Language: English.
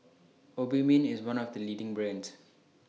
Obimin IS one of The leading brands